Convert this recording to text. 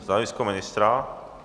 Stanovisko ministra?